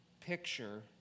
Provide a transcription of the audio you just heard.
picture